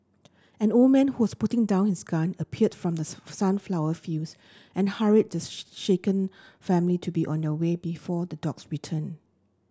an old man who was putting down his gun appeared from the sunflower fields and hurried the shaken family to be on their way before the dogs return